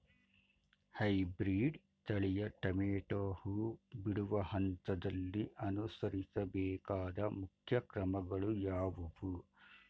Hybrid ತಳಿಯ tomato ಹೂ ಬಿಡುವ ಹಂತದಲ್ಲಿ ಅನುಸರಿಸಬೇಕಾದ ಮುಖ್ಯ ಕ್ರಮಗಳು ಯಾವುವು?